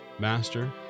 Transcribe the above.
Master